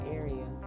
area